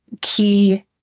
key